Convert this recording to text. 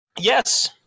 Yes